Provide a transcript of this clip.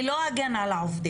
אני לא אגן על העובדים.